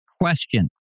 question